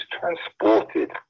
transported